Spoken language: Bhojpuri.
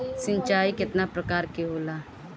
सिंचाई केतना प्रकार के होला?